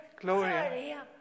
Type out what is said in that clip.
Gloria